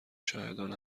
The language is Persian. شاهدان